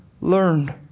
learned